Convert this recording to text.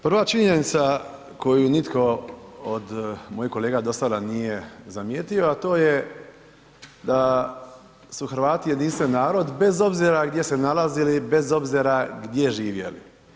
Prva činjenica koju nitko od mojih kolega do sada nije zamijetio a to je da su Hrvati jedinstven narod bez obzira gdje se nalazili, bez obzora gdje živjeli.